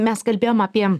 mes kalbėjom apie